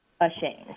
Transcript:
ashamed